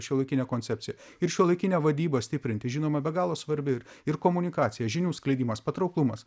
šiuolaikinę koncepciją ir šiuolaikinę vadybą stiprinti žinoma be galo svarbi ir ir komunikacija žinių skleidimas patrauklumas